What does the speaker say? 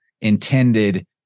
intended